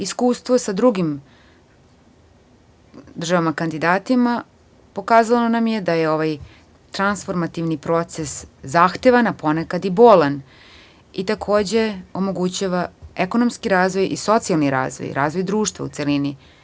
Iskustva sa drugim država kandidatima pokazalo nam je da je ovaj transformativni proces zahtevan, a ponekad i bolan i takođe omogućava ekonomski razvoj i socijalni razvoj, razvoj društva u celini.